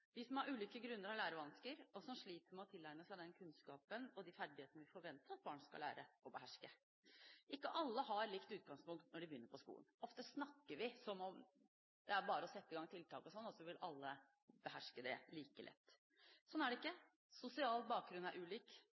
de som av ulike grunner har lærevansker, og som sliter med å tilegne seg den kunnskapen og de ferdighetene vi forventer at barn skal lære å beherske. Ikke alle har likt utgangspunkt når de begynner på skolen. Ofte snakker vi som om at det bare er å sette i gang tiltak, og så vil alle beherske det like lett. Sånn er det ikke. Sosial bakgrunn er ulik.